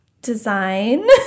design